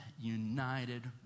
united